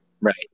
Right